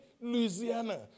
Louisiana